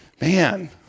man